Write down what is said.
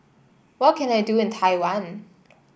what can I do in Taiwan